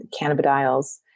Cannabidiols